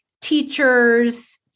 teachers